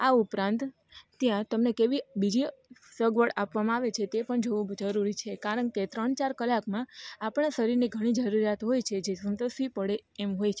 આ ઉપરાંત ત્યાં તમને કેવી બીજી સગવડ આપવામાં આવે છે તે પણ જોવું જરૂરી છે કારણ કે ત્રણ ચાર કલાકમાં આપણાં શરીરની ઘણી જરૂરિયાત હોય છે જે સંતોષવી પડે એમ હોય છે